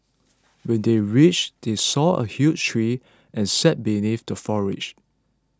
when they reached they saw a huge tree and sat beneath the foliage